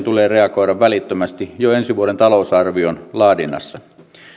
tulee reagoida välittömästi jo ensi vuoden talousarvion laadinnassa